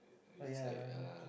oh ya